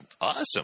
Awesome